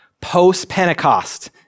post-Pentecost